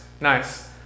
nice